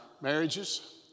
marriages